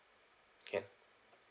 can